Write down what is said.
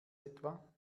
etwa